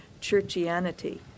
churchianity